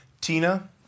Tina